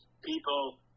people